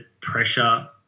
pressure